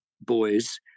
boys